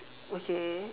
okay